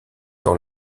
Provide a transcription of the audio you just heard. dans